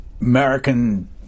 American